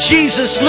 Jesus